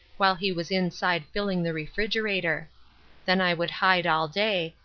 while he was inside filling the refrigerator then i would hide all day,